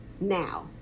now